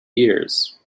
years